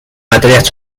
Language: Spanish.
materias